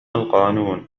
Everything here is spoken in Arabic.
القانون